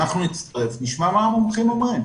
אנחנו נצטרף ונשמע מה המומחים אומרים.